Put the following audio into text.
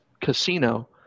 casino